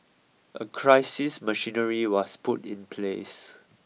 a crisis machinery was put in place